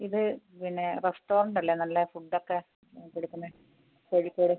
ഇത് പിന്നെ റെസ്റ്റോറൻറ് അല്ലേ നല്ല ഫുഡൊക്കെ കൊടുക്കുന്നത് കോഴിക്കോട്